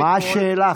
מה השאלה,